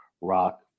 Rock